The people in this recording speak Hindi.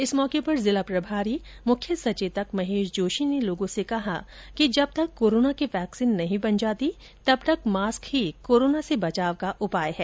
इस मौके पर जिला प्रभारी मुख्य सचेतक महेश जोशी ने लोगों से कहा कि जब तक कोरोना की वैक्सीन नहीं बन जाती तब तक मास्क ही कोरोना से बचाव का उपाय है